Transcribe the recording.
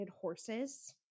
horses